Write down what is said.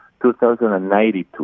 2092